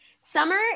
summer